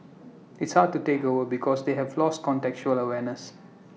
it's hard to take over because they have lost contextual awareness